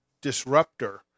disruptor